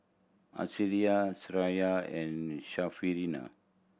Syirah and Syarafina